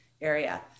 area